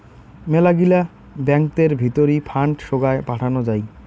মেলাগিলা ব্যাঙ্কতের ভিতরি ফান্ড সোগায় পাঠানো যাই